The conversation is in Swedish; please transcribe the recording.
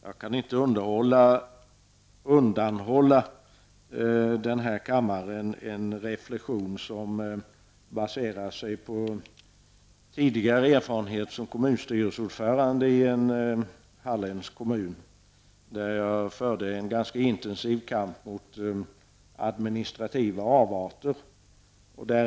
Jag kan inte undanhålla kammaren en reflexion som baserar sig på tidigare erfarenhet som kommunstyrelseordförande i en halländsk kommun. Jag förde där en ganska intensiv kamp mot administrativa avarter.